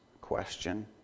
question